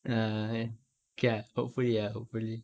ya eh okay ah hopefully ah hopefully